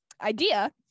idea